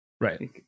Right